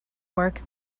work